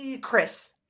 Chris